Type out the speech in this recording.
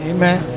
Amen